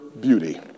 beauty